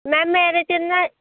ma'am ਮੇਰੇ 'ਚ ਨਾ